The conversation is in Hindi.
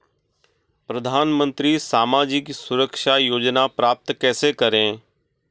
प्रधानमंत्री सामाजिक सुरक्षा योजना प्राप्त कैसे करें?